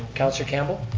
councilor campbell?